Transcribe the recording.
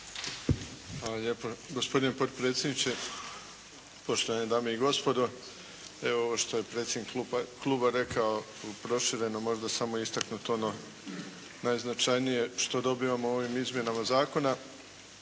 Hvala lijepo. Gospodine potpredsjedniče, poštovane dame i gospodo. Evo ovo što je predsjednik Kluba rekao, prošireno možda samo interkulturno najznačajnije što dobivamo ovim Izmjenama zakona